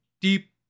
deep